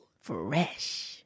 Fresh